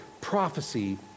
prophecy